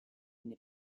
n’est